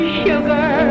sugar